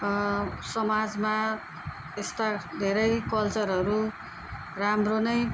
समाजमा यस्ता धेरै कलचरहरू राम्रो नै